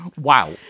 Wow